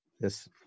Yes